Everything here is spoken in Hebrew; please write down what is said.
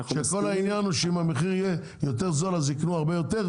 שכל העניין הוא שאם המחיר יהיה יותר זול אז יקנו הרבה יותר?